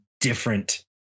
different